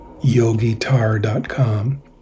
yogitar.com